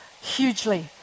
hugely